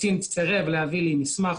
הקצין סירב לתת לי מסמך.